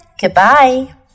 goodbye